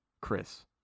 Chris